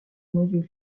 module